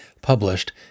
published